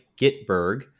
Gitberg